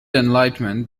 enlightenment